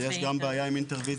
יש גם בעיה עם אינטר-ויזה.